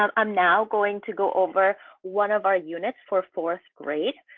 um i'm now going to go over one of our units for fourth grade.